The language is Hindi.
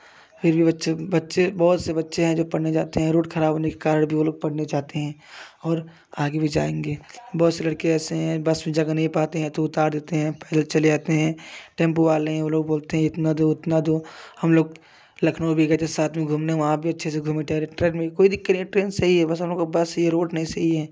फिर भी बच्चे बहुत से बच्चे हैं जो पढ़ने जाते हैं रूट खराब होने के कारण भी वे लोग पढ़ने जाते हैं और आगे भी जाएँगे बहुत से लड़के ऐसे हैं बस में जग नहीं पाते हैं तो उतार देते हैं पैदल चले जाते हैं टेम्पो वाले हैं वो लोग बोलते हैं इतना दो इतना दो हम लोग लखनऊ भी गए थे साथ में घूमने वहाँ भी अच्छे से घूमे टहले ट्रेन में ट्रेन में कोई दिक्कत नहीं ट्रेन सही है बस हम लोग यह रोड नहीं सही है